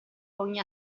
ogni